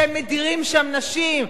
שמדירים שם נשים.